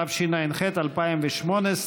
התשע"ח 2018,